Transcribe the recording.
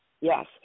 Yes